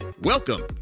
Welcome